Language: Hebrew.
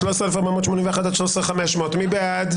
13,481 עד 13,500, מי בעד?